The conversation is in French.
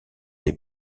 les